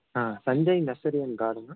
ah Sanjay nursery and கார்டனா